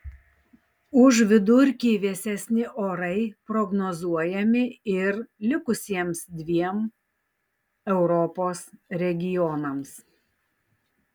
už vidurkį vėsesni orai prognozuojami ir likusiems dviem europos regionams